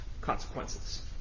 consequences